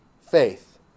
faith